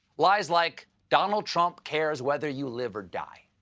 lies like donald trump cares whether you live or die.